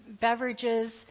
Beverages